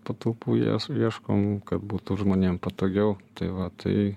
patalpų ieškom kad būtų žmonėm patogiau tai va tai